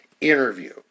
interview